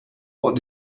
what